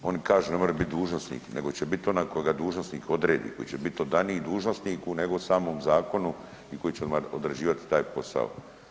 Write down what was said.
Oni kažu ne može biti dužnosnik, nego će biti onaj koga dužnosnik odredi, koji će biti odaniji dužnosniku, nego samom zakonu i koji će odmah odrađivati taj posao.